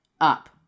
up